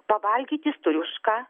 pavalgyt jis turi už ką